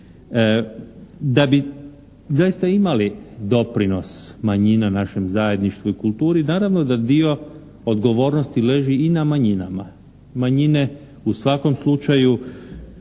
Da bi zaista imali doprinos manjina našem zajedništvu i kulturi naravno da dio odgovornosti leži i na manjinama. Manjine u svakom slučaju